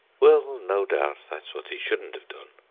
well, no doubt, that's what he shouldn't have done,